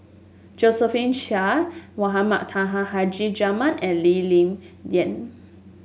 Njosephine Chia Mohamed Taha Haji Jamil and Lee Ling Yen